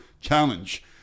challenge